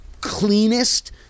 cleanest